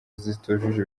zitujuje